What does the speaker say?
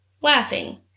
laughing